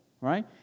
right